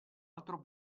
altro